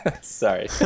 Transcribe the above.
sorry